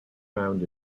found